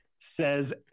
says